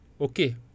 okay